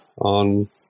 on